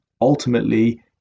ultimately